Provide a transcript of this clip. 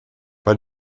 bei